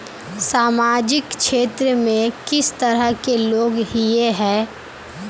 सामाजिक क्षेत्र में किस तरह के लोग हिये है?